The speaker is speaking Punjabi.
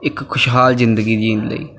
ਇੱਕ ਖੁਸ਼ਹਾਲ ਜ਼ਿੰਦਗੀ ਜੀਣ ਲਈ